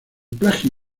plagio